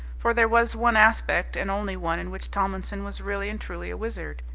for there was one aspect and only one in which tomlinson was really and truly a wizard.